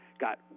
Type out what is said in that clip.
got